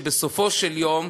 שבסופו של יום,